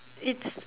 it's